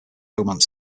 romance